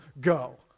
Go